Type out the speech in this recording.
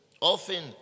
Often